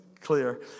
Clear